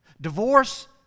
Divorce